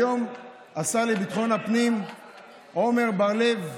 היום השר לביטחון הפנים עמר בר לב,